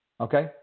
Okay